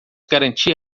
garantir